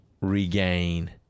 regain